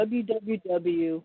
www